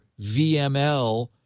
VML